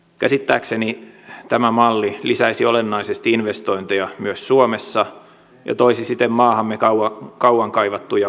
käsittääkseni tämä malli lisäisi olennaisesti investointeja myös suomessa ja toisi siten maahamme kauan kaivattuja uusia työpaikkoja